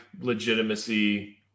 legitimacy